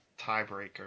tiebreaker